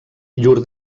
llur